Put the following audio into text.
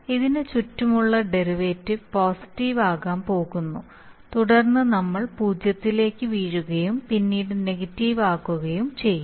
ഇതിന് ചുറ്റുമുള്ള derivative positive ആകാൻ പോകുന്നു തുടർന്ന് നമ്മൾ പൂജ്യത്തിലേക്ക് വീഴുകയും പിന്നീട് നെഗറ്റീവ് ആകുകയും ചെയ്യും